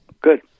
Good